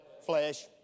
flesh